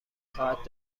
خواهد